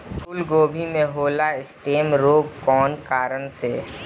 फूलगोभी में होला स्टेम रोग कौना कारण से?